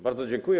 Bardzo dziękuję.